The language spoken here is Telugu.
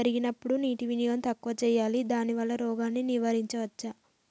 జరిగినప్పుడు నీటి వినియోగం తక్కువ చేయాలి దానివల్ల రోగాన్ని నివారించవచ్చా?